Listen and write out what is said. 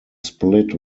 split